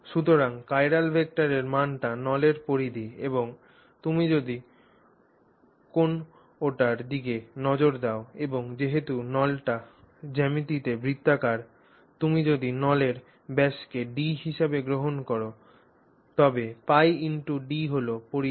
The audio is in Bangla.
সুতরাং চিরাল ভেক্টরের মানটি নলের পরিধি এবং তুমি যদি কোনওটির দিকে নজর দাও এবং যেহেতু নলটি জ্যামিতিতে বৃত্তাকার তুমি যদি নলের ব্যাসকে D হিসাবে গ্রহণ কর তবে πD হল পরিধি